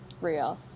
real